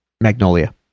Magnolia